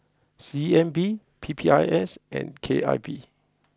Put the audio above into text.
C N B P P I S and K I V